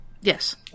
Yes